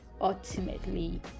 ultimately